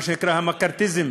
מה שנקרא המקרתיזם.